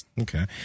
Okay